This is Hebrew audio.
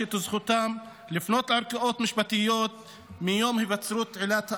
את זכותם לפנות לערכאות משפטיות מיום היווצרות עילת האפליה.